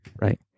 Right